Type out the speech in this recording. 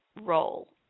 role